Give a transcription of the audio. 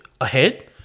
ahead